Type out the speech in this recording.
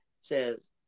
says